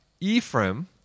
Ephraim